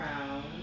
round